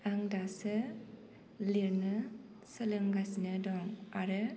आं दासो लिरनो सोलोंगासिनो दं आरो